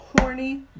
horny